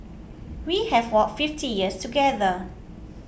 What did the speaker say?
we have walked fifty years together